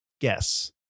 Guess